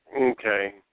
okay